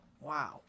Wow